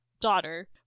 daughter